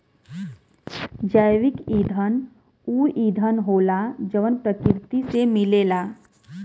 जैविक ईंधन ऊ ईंधन होला जवन प्रकृति से मिलेला